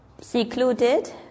secluded